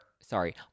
Sorry